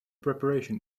preparation